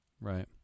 Right